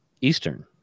Eastern